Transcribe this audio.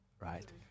right